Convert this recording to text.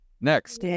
Next